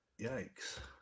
Yikes